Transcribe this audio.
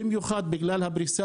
במיוחד בגלל הפריסה